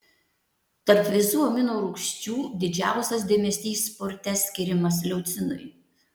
tarp visų amino rūgščių didžiausias dėmesys sporte skiriamas leucinui